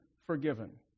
forgiven